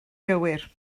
gywir